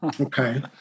Okay